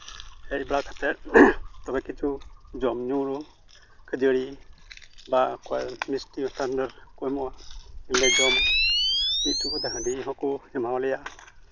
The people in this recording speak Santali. ᱦᱮᱡᱽ ᱵᱟᱲᱟ ᱠᱟᱛᱮᱫ ᱫᱚᱢᱮ ᱠᱤᱪᱷᱩ ᱡᱚᱢ ᱧᱩ ᱠᱷᱟᱹᱡᱟᱹᱲᱤ ᱵᱟ ᱚᱠᱚᱭ ᱢᱤᱥᱴᱤ ᱦᱚᱸᱠᱚ ᱮᱢᱚᱜᱼᱟ ᱟᱨᱞᱮ ᱡᱚᱢᱟ ᱢᱤᱫ ᱴᱩᱠᱩᱡ ᱠᱟᱛᱮᱫ ᱦᱟᱺᱰᱤ ᱦᱚᱸᱠᱚ ᱮᱢᱟᱣᱟᱞᱮᱭᱟ